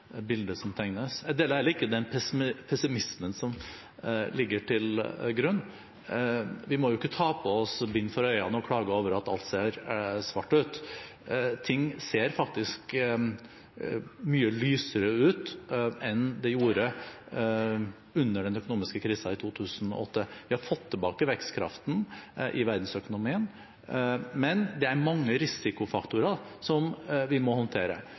bildet som tegnes. Jeg deler heller ikke den pessimismen som ligger til grunn. Vi må ikke ta på oss bind for øynene og klage over at alt ser svart ut. Ting ser faktisk mye lysere ut enn det gjorde under den økonomiske krisen i 2008. Vi har fått tilbake vekstkraften i verdensøkonomien. Men det er mange risikofaktorer som vi må håndtere,